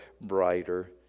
brighter